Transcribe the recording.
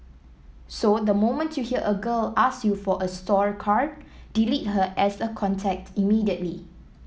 so the moment you hear a girl ask you for a store card delete her as a contact immediately